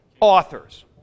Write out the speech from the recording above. Authors